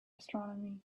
astronomy